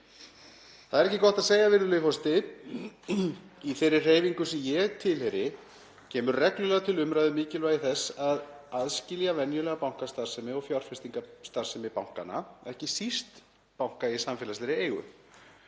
Það er ekki gott að segja, virðulegur forseti. Í þeirri hreyfingu sem ég tilheyri kemur reglulega til umræðu mikilvægi þess að aðskilja venjulega bankastarfsemi og fjárfestingarstarfsemi bankanna, ekki síst banka í samfélagslegri eigu.